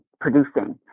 producing